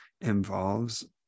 involves